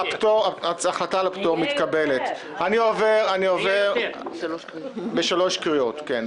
ההחלטה על הפטור מתקבלת בשלוש קריאות.